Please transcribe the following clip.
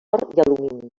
alumini